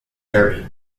derby